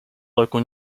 local